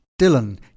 Dylan